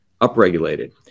upregulated